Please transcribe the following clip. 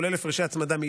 כולל הפרשי הצמדה,